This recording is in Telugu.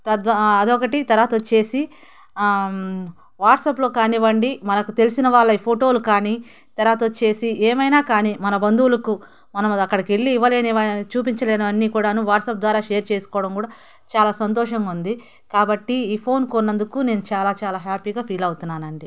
తద్వారా అది ఒకటి తరువాత వచ్చేసి వాట్సాప్లో కానివ్వండి మనకు తెలిసిన వాళ్ళవి ఫోటోలు కానీ తరువాత వచ్చేసి ఏమైనా కానీ మన బంధువులకు మనం అది అక్కడికి వెళ్ళి ఇవ్వలేనివి చూపించలేనివి అన్నీ కూడాను వాట్సాప్ ద్వారా షేర్ చేసుకోవడం కూడా చాలా సంతోషంగా ఉంది కాబట్టి ఈ ఫోన్ కొన్నందుకు నేను చాలా చాలా హ్యాపీగా ఫీల్ అవుతున్నాను అండి